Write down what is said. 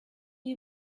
you